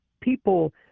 people